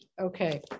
Okay